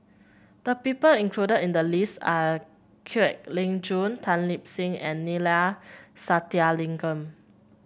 the people included in the list are Kwek Leng Joo Tan Lip Seng and Neila Sathyalingam